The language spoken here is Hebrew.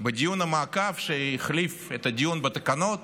בדיון המעקב שהחליף את הדיון בתקנות,